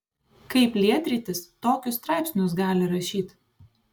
kaip lietrytis tokius straipsnius gali rašyt